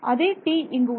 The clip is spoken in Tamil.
அதே t இங்கு உள்ளது